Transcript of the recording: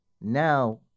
Now